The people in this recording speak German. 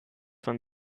von